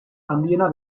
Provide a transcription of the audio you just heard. handiena